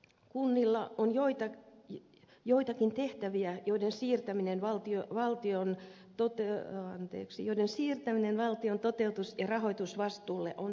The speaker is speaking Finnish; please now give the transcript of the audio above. kunnilla on joitakin tehtäviä joiden siirtäminen valtion toteutus ja rahoitusvastuulle on paikallaan